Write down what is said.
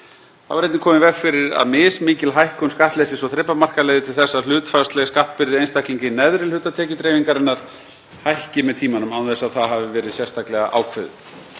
Þá er einnig komið í veg fyrir að mismikil hækkun skattleysis- og þrepamarka leiði til þess að hlutfallsleg skattbyrði einstaklinga í neðri hluta tekjudreifingarinnar hækki með tímanum án þess að það hafi verið sérstaklega ákveðið.